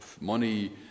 money